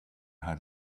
had